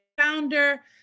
founder